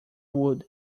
wood